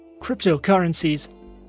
cryptocurrencies